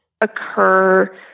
occur